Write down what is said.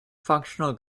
functional